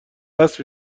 اسبی